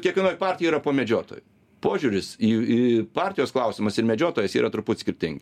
kiekvienoj partijoj yra po medžiotojų požiūris į į partijos klausimas ir medžiotojas yra truput skirtingi